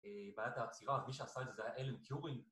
בעיית העצירה מי שעשה את זה זה היה אלן טיורינג